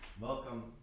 Welcome